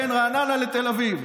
בין רעננה לתל אביב,